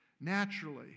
Naturally